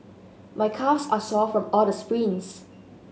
my calves are sore from all the sprints